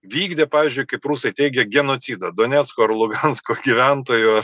vykdė pavyzdžiui kaip rusai teigia genocidą donecko ir lugansko gyventojų